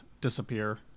disappear